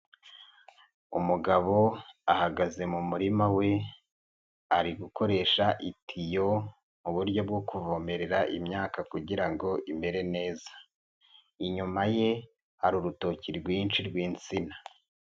Umugabo ahagaze mu murima we, ari gukoresha itiyo muburyo bwo kuvomerera imyaka kugirango imere neza, inyuma ye hari urutoki rwinshi rw'insina.